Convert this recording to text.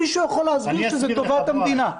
מישהו יכול להסביר שזה טובת המדינה?